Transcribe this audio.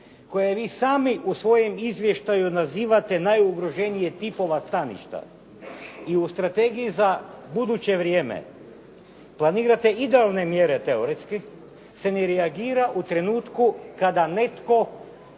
koje vi sami u svojem izvještaju nazivate najugroženija tipova staništa i u Strategiji za buduće vrijeme planirate idealne mjere teoretski, se ne reagira u trenutku kada netko